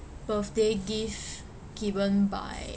birthday gift given by